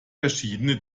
verschiedene